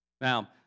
Now